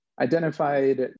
identified